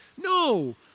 No